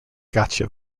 gotcha